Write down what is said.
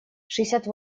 шестьдесят